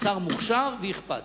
שר מוכשר ואכפתי.